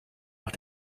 nach